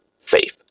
faith